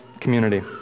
community